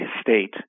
state